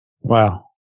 Wow